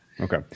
Okay